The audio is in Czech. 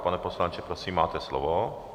Pane poslanče, prosím, máte slovo.